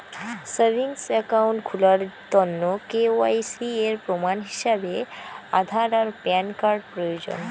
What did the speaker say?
savings account খুলার তন্ন KYC এর প্রমাণ হিছাবে আধার আর প্যান কার্ড প্রয়োজন